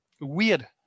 weird